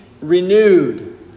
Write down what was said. renewed